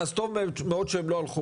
במהלך הלילה